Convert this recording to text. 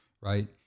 Right